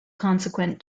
consequent